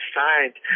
signed